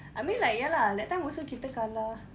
I mean like ya lah that time also kita kalah